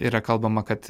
yra kalbama kad